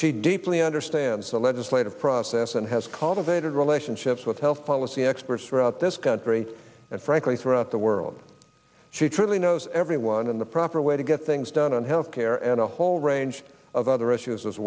she deeply understands the legislative process and has cultivated relationships with health policy experts throughout this country and frankly throughout the world she truly knows everyone in the proper way to get things done on health care and a whole range of other issues as